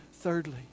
thirdly